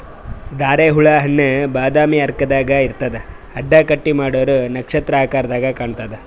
ಧಾರೆಹುಳಿ ಹಣ್ಣ್ ಬಾದಾಮಿ ಆಕಾರ್ದಾಗ್ ಇರ್ತದ್ ಅಡ್ಡ ಕಟ್ ಮಾಡೂರ್ ನಕ್ಷತ್ರ ಆಕರದಾಗ್ ಕಾಣತದ್